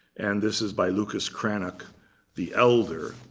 and this is by lucas cranach the elder.